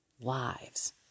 lives